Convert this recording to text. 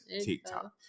TikTok